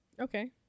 Okay